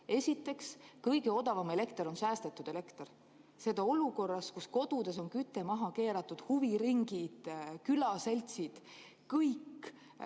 Esiteks, kõige odavam elekter on säästetud elekter. Olukorras, kus kodudes on küte maha keeratud – huviringid, külaseltsid, kõik